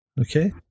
Okay